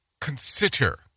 consider